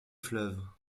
fleuves